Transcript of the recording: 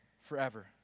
forever